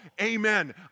amen